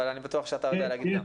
אבל אני בטוח שאתה יודע להגיד גם.